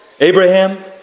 Abraham